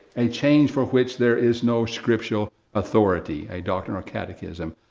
a change for which there is no scriptural authority. a doctrinal catechism,